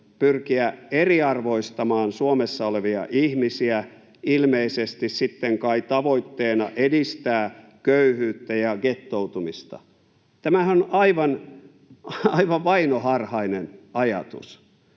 pyrkiä eriarvoistamaan Suomessa olevia ihmisiä, ilmeisesti sitten kai tavoitteena edistää köyhyyttä ja gettoutumista. Tämähän on aivan vainoharhainen ajatus.